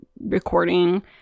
recording